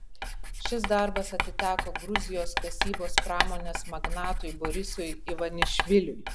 šis darbas atiteko gruzijos kasybos pramonės magnatui borisui ivanišviliui